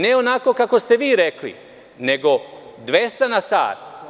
Ne, onako kako ste vi rekli, nego 200 na sat.